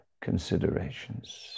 considerations